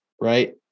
right